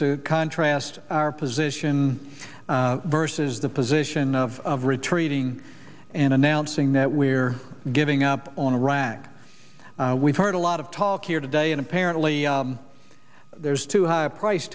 to contrast our position versus the position of retreating and announcing that we're giving up on iraq we've heard a lot of talk here today and apparently there's too high a price